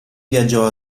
viaggiò